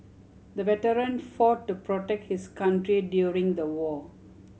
the veteran fought to protect his country during the war